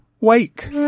Wake